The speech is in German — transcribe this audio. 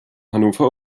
hannover